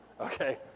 okay